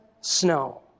snow